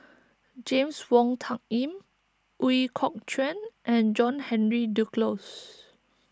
James Wong Tuck Yim Ooi Kok Chuen and John Henry Duclos